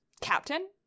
captain